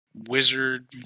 wizard